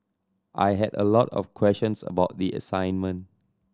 I had a lot of questions about the assignment